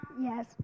Yes